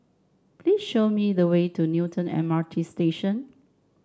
please show me the way to Newton M R T Station